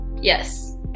Yes